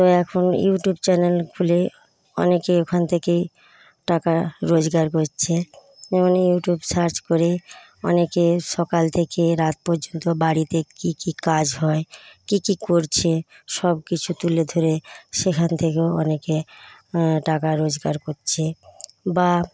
তো এখন YouTube channel খুলে অনেকে ওখান থেকে টাকা রোজগার করছে মানে ইউটিউব সার্চ করে অনেকে সকাল থেকে রাত পর্যন্ত বাড়িতে কী কী কাজ হয় কী কী করছে সবকিছু তুলে ধরে সেখান থেকেও অনেকে টাকা রোজগার করছে বা